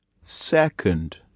second